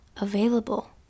available